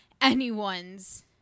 anyone's